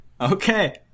Okay